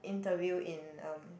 interview in um